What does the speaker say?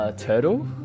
，turtle，